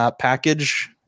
package